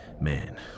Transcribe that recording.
man